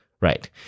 Right